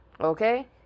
Okay